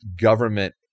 government